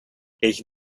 ich